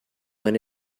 going